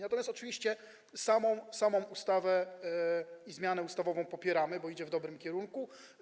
Natomiast oczywiście samą ustawę i zmianę ustawową popieramy, bo idzie w dobrym kierunku.